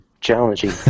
challenging